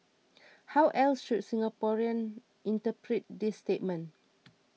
how else should Singaporeans interpret this statement